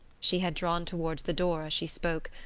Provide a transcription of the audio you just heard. she had drawn towards the door as she spoke,